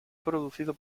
producido